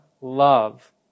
love